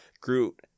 Groot-